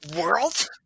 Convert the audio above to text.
world